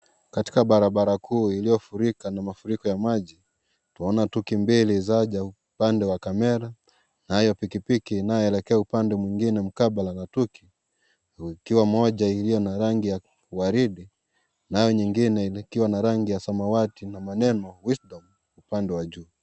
Katika barabara kuu iliyofurika na mafuriko ya maji, naona Tuki mbili zaja upande wa kamera, kunayo pikipiki inayoelekea upande mwingine mkabala na tuki. Ikiwa moja iliyo na rangi ya waridi, nayo nyingine ikiwa na rangi ya samawati na maneni wisdom upande wa juu.